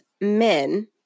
men